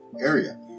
area